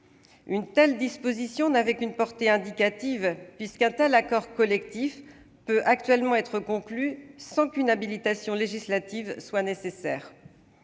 Une telle disposition n'avait qu'une portée indicative, puisqu'un tel accord collectif peut actuellement être conclu sans qu'une habilitation législative soit nécessaire.